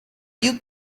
you